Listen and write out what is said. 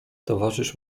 towarzysz